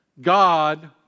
God